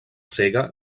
cega